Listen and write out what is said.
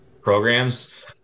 programs